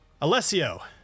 Alessio